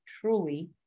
truly